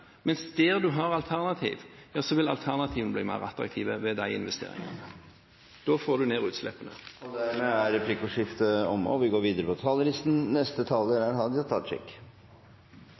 mens der man har alternativ, vil alternativene bli mer attraktive med disse investeringene. Da får man ned utslippene. Dermed er replikkordskiftet omme. Det er